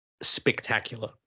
spectacular